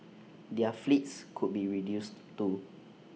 their fleets could be reduced too